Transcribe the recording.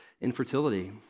infertility